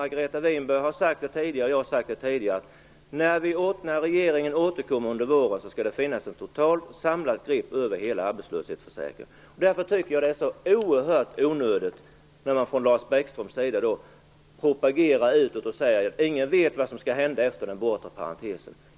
Margareta Winberg, och även jag, har tidigare sagt att när regeringen återkommer under våren skall det finnas ett totalt samlat grepp över hela arbetslöshetsförsäkringen. Därför tycker jag att det är så oerhört onödigt när Lars Bäckström propagerar utåt och säger att ingen vet vad som kommer att hända efter den bortre parentesen.